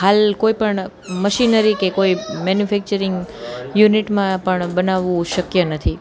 હાલ કોઈપણ મશીનરી કે કોઈ મેનૂફેક્ચરીંગ યુનિટમાં પણ બનાવવું શક્ય નથી